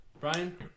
Brian